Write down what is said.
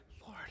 Lord